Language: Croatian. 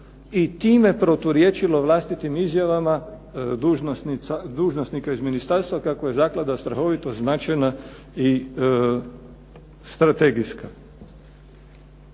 i time proturječilo vlastitim izjavama dužnosnika iz ministarstva kako je zaklada strahovito značajna i strategijska.